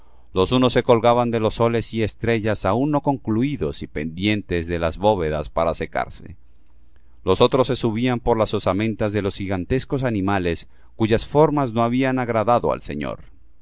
los unos se colgaban de los soles y estrellas aún no concluidos y pendientes de las bóvedas para secarse los otros se subían por las osamentas de los gigantescos animales cuyas formas no habían agradado al señor